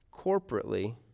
Corporately